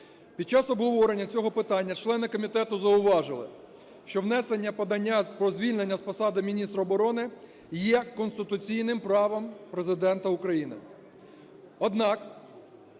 Під час обговорення цього питання члени комітету зауважили, що внесення подання про звільнення з посади міністра оборони є конституційним правом Президента України.